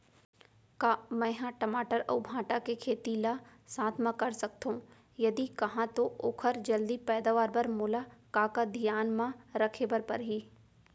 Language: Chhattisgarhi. का मै ह टमाटर अऊ भांटा के खेती ला साथ मा कर सकथो, यदि कहाँ तो ओखर जलदी पैदावार बर मोला का का धियान मा रखे बर परही?